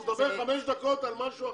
הוא מדבר חמש דקות על משהו אחר.